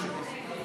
כן.